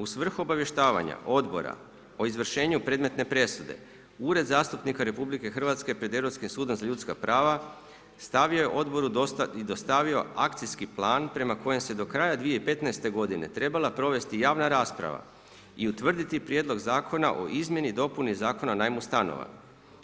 U svrhu obavještavanja odbora o izvršenju predmetne presude Ured zastupnika RH pred Europskim sudom za ljudska prava stavio je odboru i dostavio akcijski plan prema kojem se do kraja 2015. trebala provesti javna rasprava i utvrditi Prijedlog zakona o Izmjeni i dopuni Zakona o najmu stanova